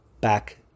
back